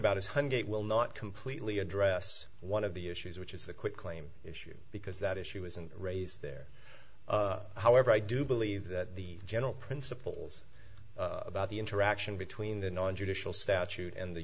about is one day will not completely address one of the issues which is the quitclaim issue because that issue isn't raised there however i do believe that the general principles about the interaction between the non judicial statute and the